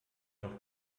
noch